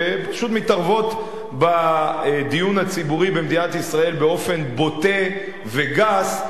ופשוט מתערבות בדיון הציבורי במדינת ישראל באופן בוטה וגס.